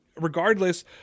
regardless